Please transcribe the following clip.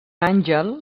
àngel